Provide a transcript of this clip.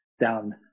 down